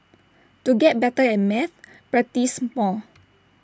to get better at maths practise more